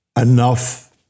enough